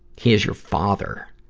he is your father,